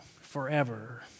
forever